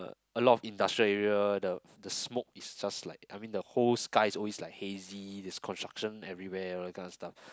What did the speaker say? a lot of industrial area the the smoke is just like I mean the whole sky always like hazy there's construction everywhere around this kind of stuff